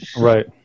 Right